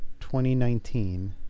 2019